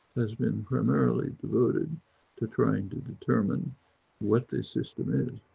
has been primarily devoted to trying to determine what this system is.